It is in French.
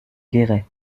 guéret